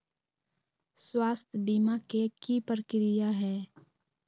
स्वास्थ बीमा के की प्रक्रिया है?